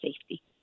safety